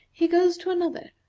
he goes to another.